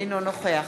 אינו נוכח